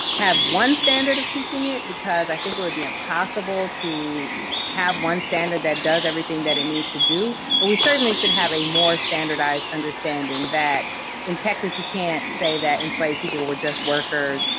have one standard of teaching it, because i think it would be impossible to have one standard that does everything that it needs to do. but we certainly should have a more standardized understanding, that in texas, you can't say that enslaved people were just workers,